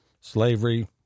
slavery